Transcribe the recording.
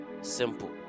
simple